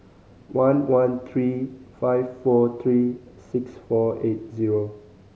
one one three five four three six four eight zero